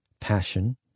passion